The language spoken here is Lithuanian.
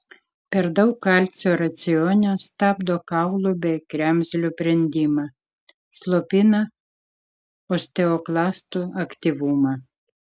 per daug kalcio racione stabdo kaulų bei kremzlių brendimą slopina osteoklastų aktyvumą